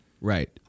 Right